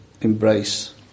embrace